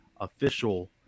official